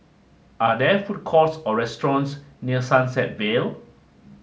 are there food courts or restaurants near Sunset Vale